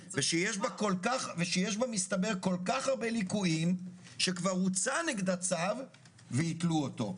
ושיש בה מסתבר כל כך הרבה ליקויים שכבר הוצא נגדה צו והתלו אותו.